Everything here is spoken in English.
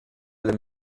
them